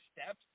steps